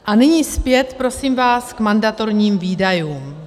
A nyní zpět, prosím vás, k mandatorním výdajům.